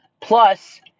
plus